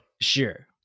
Sure